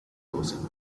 closing